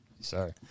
Sorry